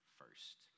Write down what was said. first